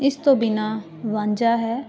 ਇਸ ਤੋਂ ਬਿਨਾਂ ਵਾਂਝਾ ਹੈ